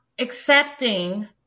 accepting